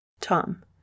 Tom